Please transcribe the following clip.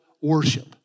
worship